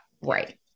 Right